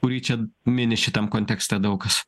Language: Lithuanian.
kurį čia mini šitam kontekste daug kas